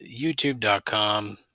youtube.com